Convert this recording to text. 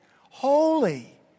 holy